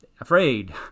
afraid